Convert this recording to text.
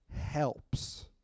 helps